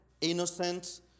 innocent